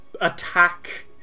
attack